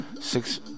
six